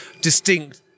distinct